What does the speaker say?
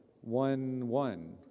one-one